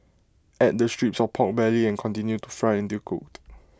add the strips of Pork Belly and continue to fry until cooked